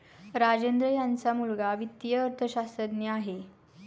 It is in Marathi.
राजेंद्र यांचा मुलगा वित्तीय अर्थशास्त्रज्ञ आहे